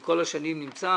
כל השנים אני נמצא